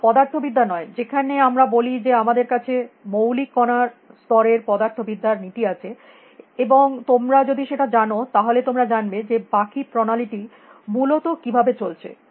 না পদার্থবিদ্যা নয় যেখানে আমরা বলি যে আমাদের কাছে মৌলিক কণার স্তরের পদার্থবিদ্যা র নীতি আছে এবং তোমরা যদি সেটা জানো তাহলে তোমরা জানবে যে বাকি প্রণালীটি মূলত কিভাবে চলছে